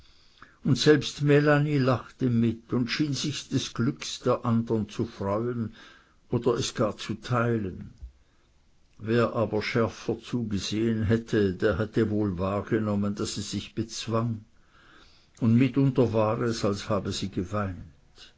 und selbst melanie lachte mit und schien sich des glücks der andern zu freuen oder es gar zu teilen wer aber schärfer zugesehen hätte der hätte wohl wahrgenommen daß sie sich bezwang und mitunter war es als habe sie geweint